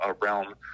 realm